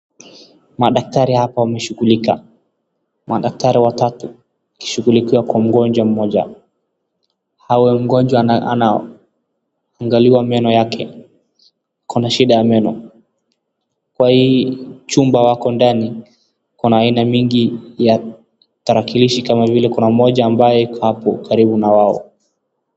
Madaktari hapa wameshughulika. Madaktari watatu kishughulikia kwa mgonjwa mmoja. Hawe mgonjwa anaangaliwa meno yake. Ako na shida ya meno. Kwa hii chumba wako ndani, kuna aina mingi ya tarakilishi kama vile kuna moja ambaye iko hapo karibu na wao.